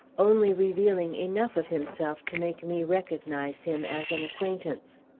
only revealing enough of himself to make me recognize him as an acquaintance.